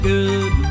Good